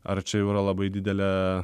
ar čia yra labai didelė